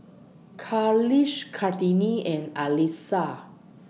Khalish Kartini and Alyssa